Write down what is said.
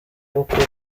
bukuru